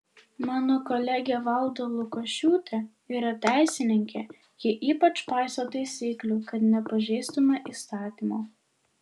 mano kolegė valda lukošiūtė yra teisininkė ji ypač paiso taisyklių kad nepažeistume įstatymo